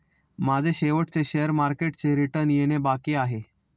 माझे शेवटचे शेअर मार्केटचे रिटर्न येणे बाकी आहे